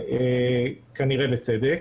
כנראה בצדק,